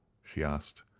she asked.